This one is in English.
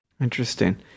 Interesting